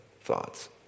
thoughts